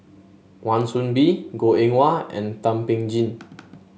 Wan Soon Bee Goh Eng Wah and Thum Ping Tjin